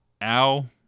Al